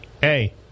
Hey